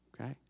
okay